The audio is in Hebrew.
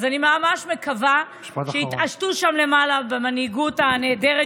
אז אני ממש מקווה שיתעשתו שם למעלה במנהיגות הנהדרת